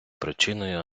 причиною